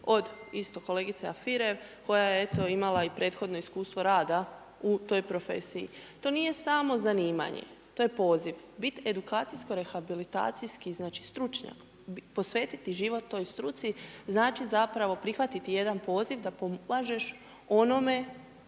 od isto kolegice Alfirev, koja je eto imala i prethodno iskustvo rada u toj profesiji. To nije samo zanimanje, to je poziv. Biti edukacijsko rehabilitacijski, znači, stručnjak, posvetiti život toj struci, znači zapravo prihvatiti jedan poziv da pomažeš onome